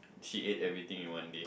she ate everything in one day